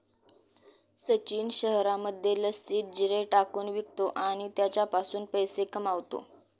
सचिन शहरामध्ये लस्सीत जिरे टाकून विकतो आणि त्याच्यापासून पैसे कमावतो